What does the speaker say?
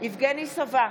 יבגני סובה,